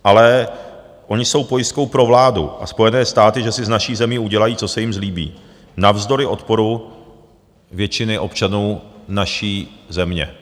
Ale ony jsou pojistkou pro vládu a Spojené státy, že si s naší zemí udělají, co se jim zlíbí, navzdory odporu většiny občanů naší země.